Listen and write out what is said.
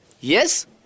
Yes